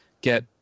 get –